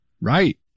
Right